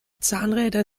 zahnräder